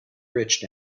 rich